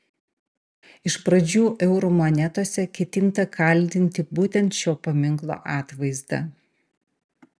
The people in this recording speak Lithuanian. iš pradžių eurų monetose ketinta kaldinti būtent šio paminklo atvaizdą